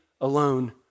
alone